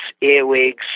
earwigs